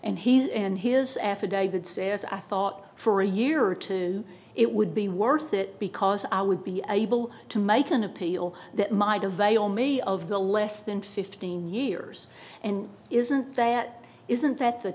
and he and his affidavit says i thought for a year or two it would be worth it because i would be able to make an appeal that my to veil me of the less than fifteen years and isn't that isn't that